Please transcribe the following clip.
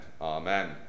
Amen